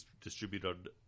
distributed